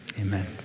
Amen